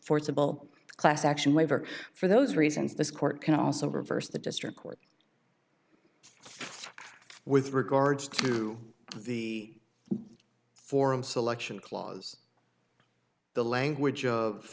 forcible class action waiver for those reasons this court can also reverse the district court with regards to the forum selection clause the language of